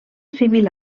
civil